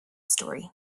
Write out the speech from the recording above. story